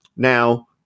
Now